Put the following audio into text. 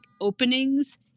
openings